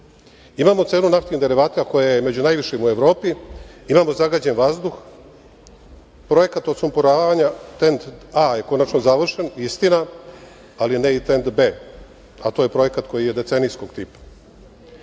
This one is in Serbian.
Vučić. Imamo cenu naftnih derivata koja je među najvišima u Evropi, imamo zagađen vazduh, projekat odsumporavanja TENT A je konačno završen, istina, ali ne i TENT B, a to je projekat koji je decenijskog tipa. Imamo